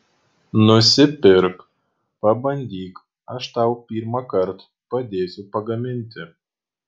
nusipirk pabandyk aš tau pirmąkart padėsiu pagaminti